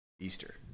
Easter